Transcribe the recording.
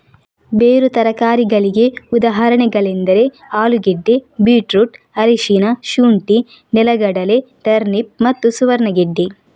ಬೇರು ತರಕಾರಿಗಳಿಗೆ ಉದಾಹರಣೆಗಳೆಂದರೆ ಆಲೂಗೆಡ್ಡೆ, ಬೀಟ್ರೂಟ್, ಅರಿಶಿನ, ಶುಂಠಿ, ನೆಲಗಡಲೆ, ಟರ್ನಿಪ್ ಮತ್ತು ಸುವರ್ಣಗೆಡ್ಡೆ